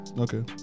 Okay